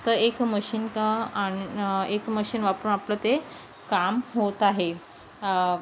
तर एक मशीन क एक मशीन वापरून आपलं ते काम होत आहे